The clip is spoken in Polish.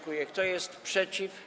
Kto jest przeciw?